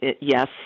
yes